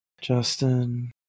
Justin